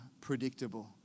predictable